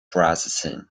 processing